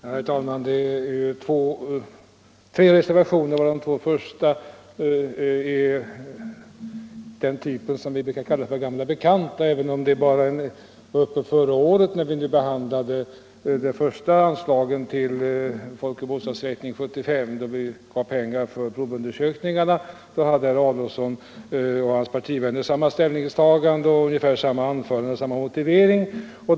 Herr talman! Vid betänkandet finns fogade tre reservationer. De två första tillhör den typ som vi brukar kalla gamla bekanta, även om det var så sent som förra året som vi behandlade det första anslaget till folkoch bostadsräkning 1975. Det anslaget gällde provundersökningarna. Då hade herr Adolfsson och hans partivänner samma ställningstagande och samma motivering som nu.